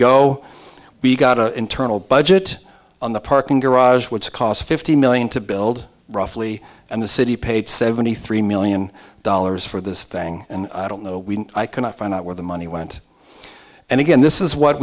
we got a internal budget on the parking garage which cost fifty million to build roughly and the city paid seventy three million dollars for this thing and i don't know we i cannot find out where the money went and again this is what